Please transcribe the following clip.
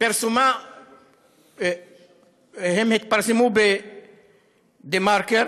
הם התפרסמו בדה-מרקר